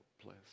place